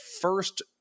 first